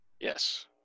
Yes